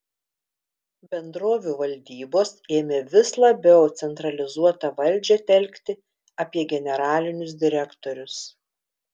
bendrovių valdybos ėmė vis labiau centralizuotą valdžią telkti apie generalinius direktorius